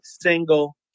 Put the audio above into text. single